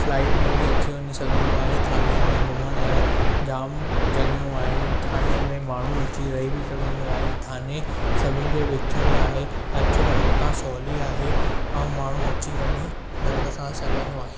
flight में बि अची वञी सघंदो आहे थाने में घुमण लाइ जाम जॻहियूं आहिनि ठाणे में माण्हू अची रही बि सघंदो आहे ठाणे सभिनि जे विच में आहे अचवञ हुतां सहूली आहे ऐं माण्हू अची वञी ढंग सां सघंदो आहे